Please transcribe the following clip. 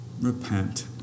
repent